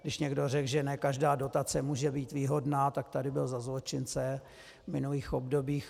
Když někdo řekl, že ne každá dotace může být výhodná, tak tady byl za zločince v minulých obdobích.